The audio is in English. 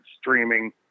streaming